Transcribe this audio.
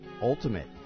ultimate